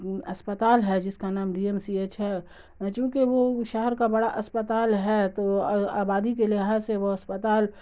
اسپتال ہے جس کا نام ڈی ایم سی ایچ ہے چونکہ وہ شہر کا بڑا اسپتال ہے تو آبادی کے لحاظ سے وہ اسپتال